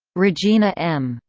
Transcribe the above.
regina m.